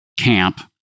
Camp